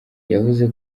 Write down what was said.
yavuze